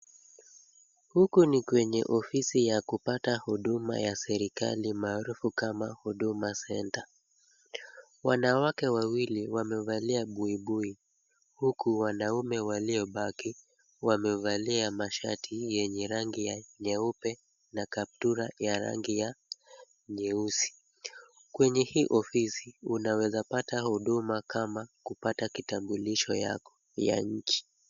Huku ni kwenye ofisi ya kupata huduma ya serikali maarufu kama Huduma Center. Wanawake wawili wamevalia buibui huku wanaume waliobaki wamevalia mashati yenye rangi ya nyeupe na kaptula ya rangi ya nyeusi. Kwenye hii ofisi unaweza pata huduma kama kupata kitambulisho yako ya nchi.